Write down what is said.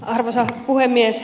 arvoisa puhemies